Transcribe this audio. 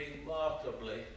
remarkably